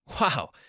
Wow